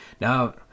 Now